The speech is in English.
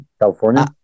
California